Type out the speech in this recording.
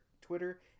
Twitter